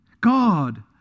God